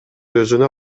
өзүнө